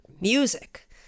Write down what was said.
music